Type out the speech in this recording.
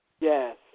Yes